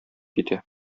китә